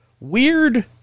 weird